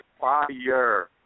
fire